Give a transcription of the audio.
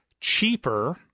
cheaper